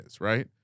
right